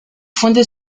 fuentes